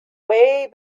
way